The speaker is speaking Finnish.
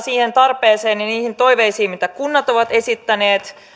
siihen tarpeeseen ja niihin toiveisiin mitä kunnat ovat esittäneet